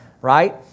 right